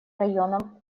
районом